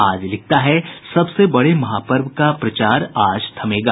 आज लिखता है सबसे बड़े महापर्व का प्रचार आज थमेगा